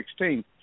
2016